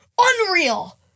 Unreal